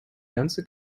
ganze